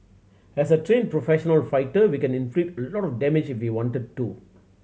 as a trained professional fighter we can inflict a lot of damage if we wanted to